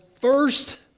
first